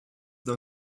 d’un